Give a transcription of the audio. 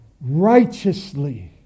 righteously